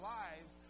lives